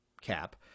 cap